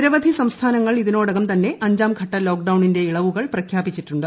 നിരവധി സംസ്ഥാനങ്ങൾ ഇതിനോടകം തന്നെ അഞ്ചാംഘട്ട ലോക്ഡൌണിന്റെ ഇളവുകൾ പ്രഖ്യാപിച്ചിട്ടുണ്ട്